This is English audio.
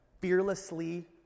fearlessly